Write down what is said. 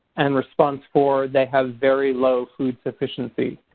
and response four they have very low food sufficiency.